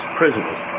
prisoners